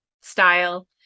style